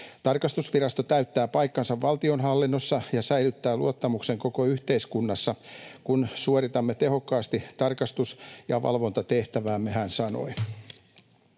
Tarkastusvirasto täyttää paikkansa valtionhallinnossa ja säilyttää luottamuksen koko yhteiskunnassa, kun suoritamme tehokkaasti tarkastus- ja valvontatehtäväämme”, hän sanoi.